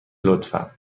لطفا